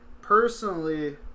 personally